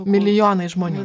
milijonai žmonių